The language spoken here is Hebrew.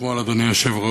אתמול, אדוני היושב-ראש,